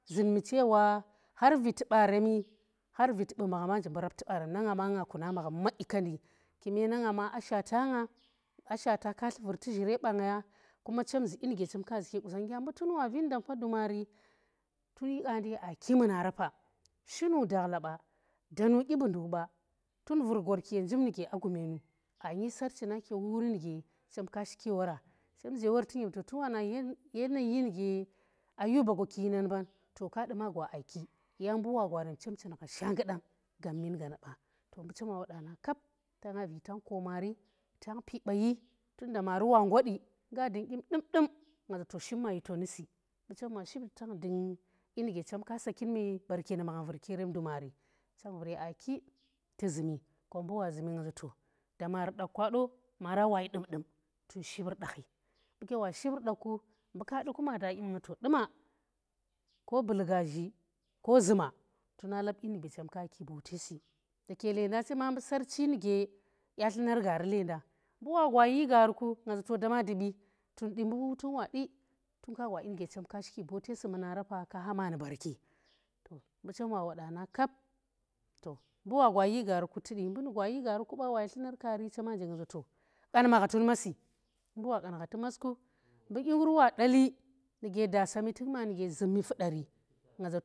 Zunmi chewa har viti baremi har viti bu maghama nji mbu rapti barani Maghama nje mbu rapti barani, na ngama nga kuna magham kuma na nga ma a shwata nga, a shwata katli vurti zhire bang ya kuma chem zi dyi nuge chemka zuki ye qusonnggya, mbu tun wa vii dam ku dumari, tunyi qaandi ye aa ki muna rafe shi nu dakhla ba, da nu dyi bu nduk ba, tun vur gorki ye njib nu gya gume nu aa nyi sarchi nake wuri nu ge chem ka shiki ye woora, chem za wortuk nyemza tun wa ne yanayi nuge Ayuba gwaki yinan mban ka duma gwa aa ki yang mbu wa gwarem chem ching gha shannggudang gabmin gaana ba kom mbu chem wa woda na kap kom tanga vi tang koo maari, tang pi baayi tunda maari wa wa ngwadi nga nga dung dyim dum dum nga ze to shipma yito nusi mbu chem wa shibi tang dung dyi nu ge chemka saakin me barke nuge magham vurki yeren dumari. Tanvurge aa ki tu zumi kom mbu wa zumi ngazato dama rudakh wa do, maarawa yi dumdum tan ship rudakha. mbuke wa ship rokh ku mbu kadu kuma da dyim ngaza to duma ko bulgazhi ko zuma tuna lap dyi nuge chem ke yi ki bota si ndike lenda chema mbu saarchi nu ge dya tlunar gaari lendang, mbu wa gwa yi gaari ku, nga za to da ma dubi mbu tun wa di tun ka gwa dyi nuge cham kashi ki bote si muna rafa ka hama nu baarke to mbu chem wa wada na kep, mbu wa gwayi gaariku ba, wayi tlumar kaari chema nje nga za to qanma gha tun maasi mbu wa qan gha tu masku, mbu dyi ngur wa dali nuge da sami tuk nu ge zum mi fudari.